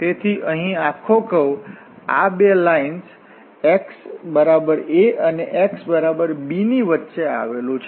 તેથી અહીં આ આખો કર્વ આ બે લાઇન્સ x a અને x b ની વચ્ચે આવેલું છે